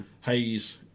Hayes